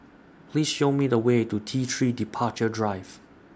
Please Show Me The Way to T three Departure Drive